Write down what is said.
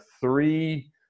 three